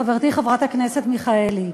חברתי חברת הכנסת מיכאלי.